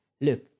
Look